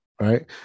Right